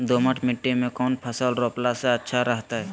दोमट मिट्टी में कौन फसल रोपला से अच्छा रहतय?